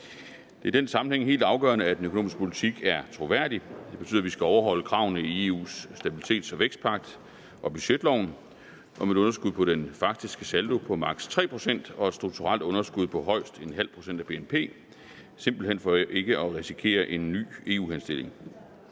I den sammenhæng er det helt afgørende, at den økonomiske politik er troværdig. Det betyder, at vi skal overholde kravene i EU's stabilitets- og vækstpagt og budgetloven om et underskud på den faktiske saldo på maks. 3 pct. og et strukturelt underskud på højst ½ pct. af BNP simpelt hen for ikke at risikere en ny EU-henstilling.